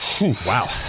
Wow